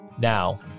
Now